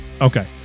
Okay